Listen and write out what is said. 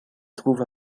trouve